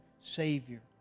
Savior